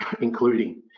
including